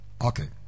Okay